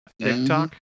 TikTok